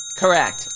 Correct